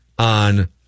On